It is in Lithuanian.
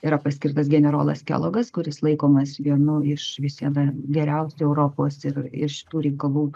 yra paskirtas generolas geologas kuris laikomas vienu iš vis viena geriausių europos ir ir šitų reikalų